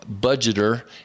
budgeter